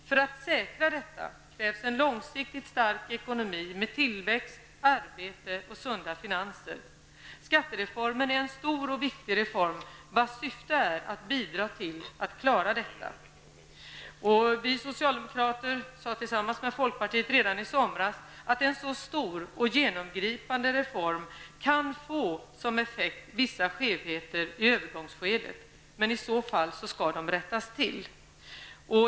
För att säkra detta krävs en långsiktigt stark ekonomi med tillväxt, arbete och sunda finanser. Skattereformen är en stor och viktig reform, vars syfte är att bidra till att klara detta. Vi socialdemokrater sade tillsammans med folkpartiet redan i somras att en så stor och genomgripande reform kan få vissa skevheter som effekt i övergångsskedet. Men i så fall skall de rättas till.